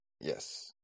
yes